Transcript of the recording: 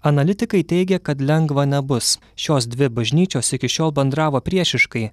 analitikai teigia kad lengva nebus šios dvi bažnyčios iki šiol bendravo priešiškai